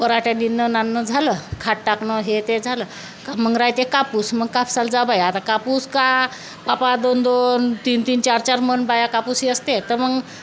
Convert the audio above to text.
पराठ्या निन्नं नाननं झालं खाट टाकणं हे ते झालं का मग रहाते कापूस मग कापसाला जा बाय आता कापूस का बापा दोन दोन तीन तीन चार चार मन बाया कापूस असते तर मग